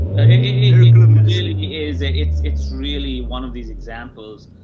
a miracle! it really is, it's, it's really one of these examples,